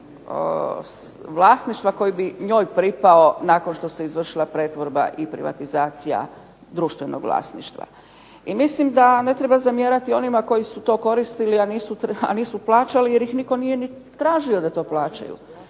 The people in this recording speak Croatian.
vlasništva koji bi njoj pripao nakon što se izvršila pretvorba i privatizacija društvenog vlasništva. I mislim da ne treba zamjerati onima koji su to koristili, a nisu plaćali jer ih nitko nije ni tražio da to plaćaju.